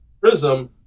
prism